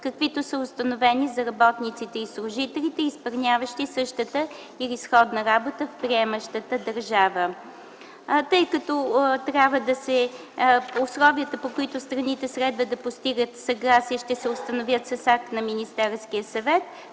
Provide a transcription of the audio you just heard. каквито са установени за работниците и служителите, изпълняващи същата или изходна работа в приемащата държава. Тъй като условията, по които страните следва да постигат съгласие, ще се установят с акт на Министерския съвет,